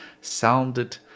sounded